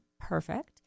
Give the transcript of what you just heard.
perfect